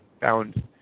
found